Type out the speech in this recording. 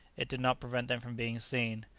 it did not prevent them from being seen.